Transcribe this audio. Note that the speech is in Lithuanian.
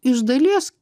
iš dalies